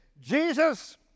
Jesus